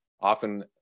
often